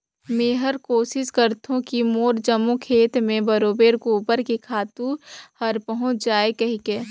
मेहर कोसिस करथों की मोर जम्मो खेत मे बरोबेर गोबर के खातू हर पहुँच जाय कहिके